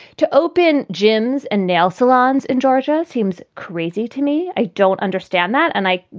to open gin's and nail salons in georgia seems crazy to me. i don't understand that. and i.